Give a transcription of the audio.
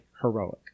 heroic